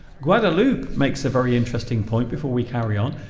guadalupe makes a very interesting point before we carry on